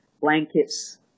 blankets